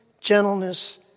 gentleness